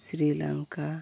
Shri Lanka